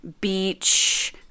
beach